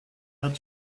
had